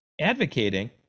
advocating